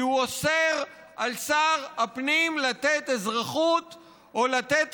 כי הוא אוסר על שר הפנים לתת אזרחות או לתת